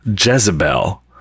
Jezebel